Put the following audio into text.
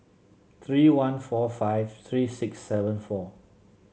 three one four five three six seven four